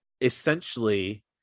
essentially